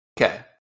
okay